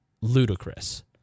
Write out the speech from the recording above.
ludicrous